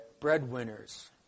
breadwinners